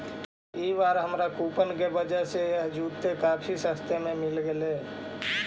ई बार हमारा कूपन की वजह से यह जूते काफी सस्ते में मिल गेलइ